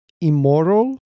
immoral